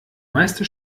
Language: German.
meiste